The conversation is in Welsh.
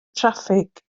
traffig